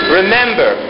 remember